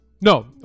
No